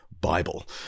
bible